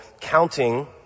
counting